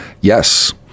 yes